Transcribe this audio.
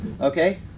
okay